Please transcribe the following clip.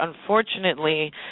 unfortunately